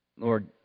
Lord